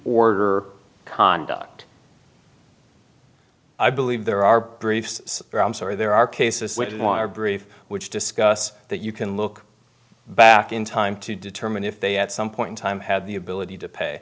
order conduct i believe there are briefs or there are cases which is why our brief which discuss that you can look back in time to determine if they at some point in time have the ability to pay